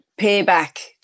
payback